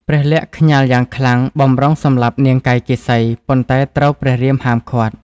ព្រះ លក្សណ៍ខ្ញាល់យ៉ាងខ្លាំងបម្រុងសម្លាប់នាងកៃកេសី ប៉ុន្តែត្រូវព្រះរាមហាមឃាត់។